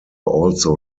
also